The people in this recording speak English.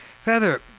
Feather